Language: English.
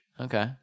Okay